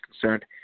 concerned